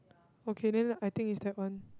okay then I think is that one